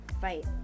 fight